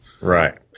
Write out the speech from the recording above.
Right